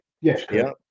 yes